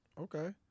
Okay